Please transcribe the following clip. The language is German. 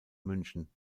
münchen